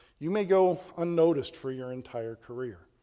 you may go unnoticed for your entire career.